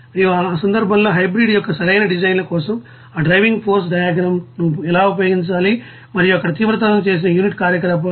మరియు ఆ సందర్భంలో హైబ్రిడ్ యొక్క సరైన డిజైన్ కోసం ఆ డ్రైవింగ్ ఫోర్స్ డైయగ్రామ్ ను ఎలా ఉపయోగించాలి మరియు అక్కడ తీవ్రతరం చేసిన యూనిట్ కార్యకలాపాలు